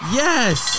yes